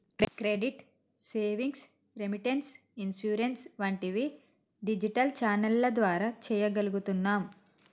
credit, savings, remittance, insurance వంటివి digital ఛానెల్ల ద్వారా చెయ్యగలుగుతున్నాం